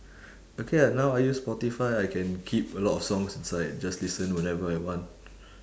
okay ah now I use spotify I can keep a lot of songs inside and just listen whenever I want